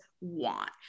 want